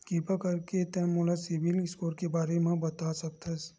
किरपा करके का तै मोला सीबिल स्कोर के बारे माँ बता सकथस?